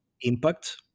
impact